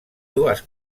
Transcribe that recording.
dues